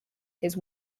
his